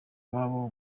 iwabo